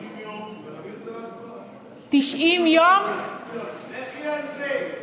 60 יום ונביא את זה להצבעה, לכי על זה.